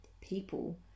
people